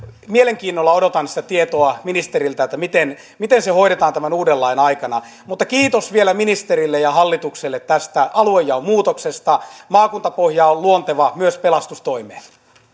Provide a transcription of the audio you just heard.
mielenkiinnolla odotan sitä tietoa ministeriltä miten miten se hoidetaan tämän uuden lain aikana mutta kiitos vielä ministerille ja hallitukselle tästä aluejaon muutoksesta maakuntapohja on luonteva myös pelastustoimeen